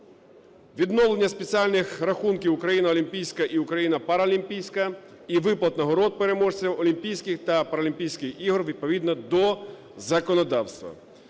відновлення спеціальних рахунків "Україна олімпійська" і "Україна параолімпійська" і виплат нагород переможцям Олімпійських та Паралімпійських ігор відповідно до законодавства.